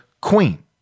queen